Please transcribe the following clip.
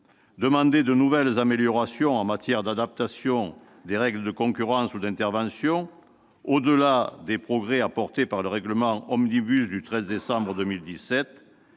demander de nouvelles améliorations en matière d'adaptation des règles de concurrence ou d'intervention, au-delà des progrès apportés par le règlement « Omnibus » du 13 décembre 2017